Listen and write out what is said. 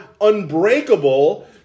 unbreakable